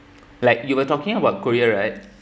like you were talking about korea right